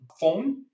phone